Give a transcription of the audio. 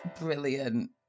brilliant